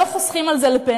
לא חוסכים על זה לפנסיה.